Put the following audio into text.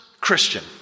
Christian